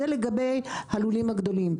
זה לגבי הלולים הגדולים.